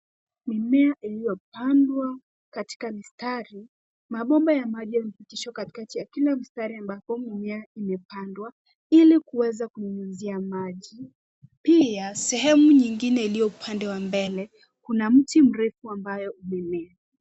Mimea iliyopandwa katika mistari. Mabomba ya maji yamepitishwa katikati ya kila mstari ambapo mmea umepandwa ili kuweza kunyunyizia maji. Pia sehemu nyingine iliyo upande wa mbele kuna mti mrefu ambayo imemea.